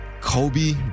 Kobe